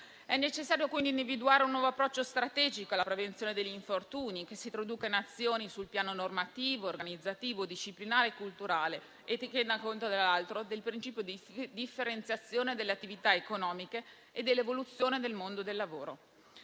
È necessario quindi individuare un nuovo approccio strategico alla prevenzione degli infortuni, che si traduca in azioni sul piano normativo, organizzativo, disciplinare e culturale e che tenga contro, tra l'altro, del principio di differenziazione delle attività economiche e dell'evoluzione del mondo del lavoro.